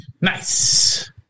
nice